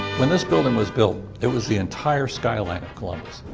when this building was built, it was the entire skyline of columbus.